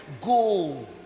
go